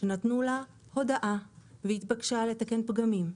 נתנו לה הודעה, והיא התבקשה לתקן פגמים.